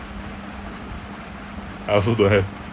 I also don't have